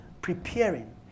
preparing